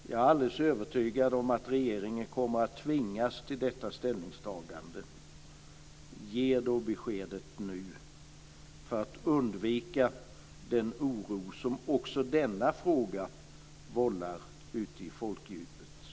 Jag är alldeles övertygad om att regeringen kommer att tvingas till detta ställningstagande. Ge då detta besked nu för att undvika den oro som också denna fråga vållar ute i folkdjupet.